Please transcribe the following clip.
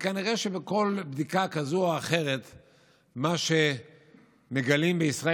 כנראה שבכל בדיקה כזאת או אחרת מה שמגלים בישראל